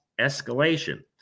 escalation